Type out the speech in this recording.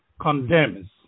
condemns